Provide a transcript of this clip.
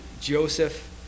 Joseph